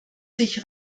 sich